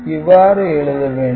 இவ்வாறு எழுத வேண்டும்